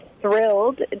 thrilled